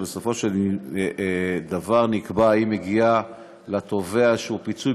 ובסופו של דבר נקבע אם מגיע לתובע איזה פיצוי